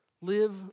Live